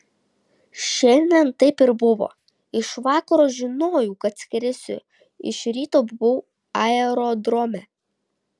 šiandien taip ir buvo iš vakaro žinojau kad skrisiu iš ryto buvau aerodrome